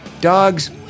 dogs